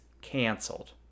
canceled